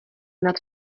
nad